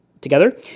together